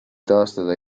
taastada